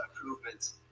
improvements